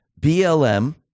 BLM